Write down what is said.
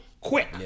quick